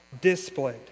displayed